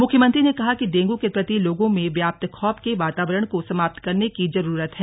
मुख्यमंत्री ने कहा कि डेंगू के प्रति लोगों में व्याप्त खौफ के बातावरण को समाप्त करने की जरूरत है